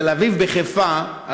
בתל-אביב וחיפה,